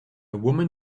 woman